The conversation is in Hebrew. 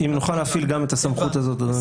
אם נוכל להפעיל גם את הסמכות הזאת, אדוני.